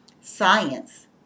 Science